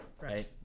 right